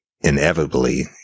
inevitably